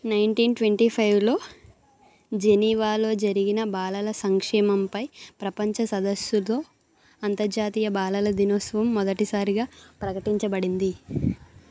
nineteen twenty ఫైవ్లో జెనీవాలో జరిగిన బాలల సంక్షేమంపై ప్రపంచ సదస్సులో అంతర్జాతీయ బాలల దినోత్సవం మొదటిసారిగా ప్రకటించబడింది